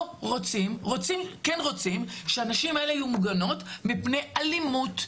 כן רוצים שהנשים האלה יהיו מוגנות מפני אלימות,